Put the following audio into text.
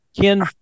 Ken